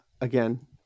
again